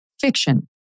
fiction